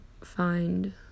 find